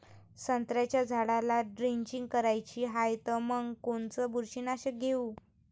संत्र्याच्या झाडाला द्रेंचींग करायची हाये तर मग कोनच बुरशीनाशक घेऊ?